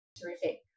Terrific